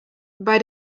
bei